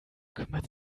kümmert